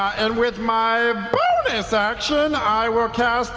and with my bonus action i will cast